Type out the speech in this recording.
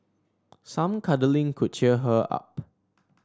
some cuddling could cheer her up